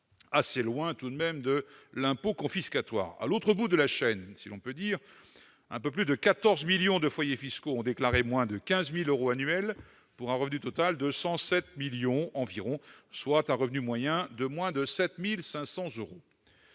assez loin de l'impôt « confiscatoire ». À l'autre bout de la chaîne, si l'on peut dire, un peu plus de 14 millions de foyers fiscaux ont déclaré moins de 15 000 euros annuels, pour un revenu total de 107 millions d'euros environ, soit un revenu moyen de moins de 7 500 euros.